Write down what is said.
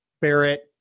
Barrett